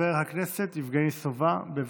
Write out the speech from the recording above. חבר הכנסת יבגני סובה, בבקשה.